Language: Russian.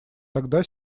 тогда